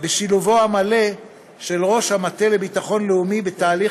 בשילובו המלא של ראש המטה לביטחון לאומי בתהליך